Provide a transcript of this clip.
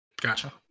Gotcha